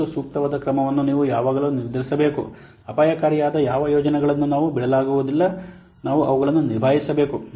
ಮತ್ತು ಸೂಕ್ತವಾದ ಕ್ರಮವನ್ನು ನೀವು ಯಾವಾಗಲೂ ನಿರ್ಧರಿಸಬೇಕು ಅಪಾಯಕಾರಿಯಾದ ಯಾವ ಯೋಜನೆಗಳನ್ನು ನಾವು ಬಿಡಲಾಗುವುದಿಲ್ಲ ನಾವು ಅವುಗಳನ್ನು ನಿಭಾಯಿಸಬೇಕು